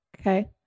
Okay